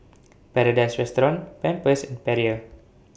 Paradise Restaurant Pampers and Perrier